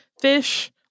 fish